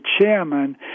chairman